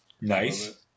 Nice